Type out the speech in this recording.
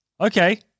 Okay